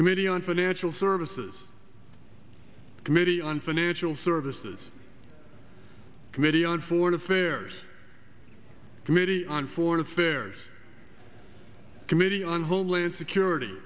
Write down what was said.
committee on financial services committee on financial services committee on foreign affairs committee on foreign affairs committee on homeland security